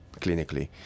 clinically